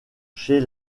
chez